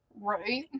Right